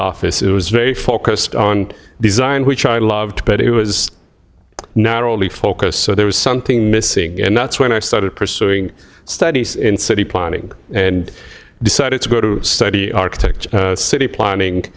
office it was very focused on design which i loved but it was not only focused so there was something missing and that's when i started pursuing studies in city planning and decided to go to study architecture city planning